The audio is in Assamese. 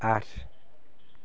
আঠ